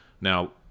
now